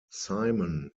simon